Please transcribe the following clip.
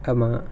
ஆமா:aamaa